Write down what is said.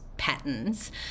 patterns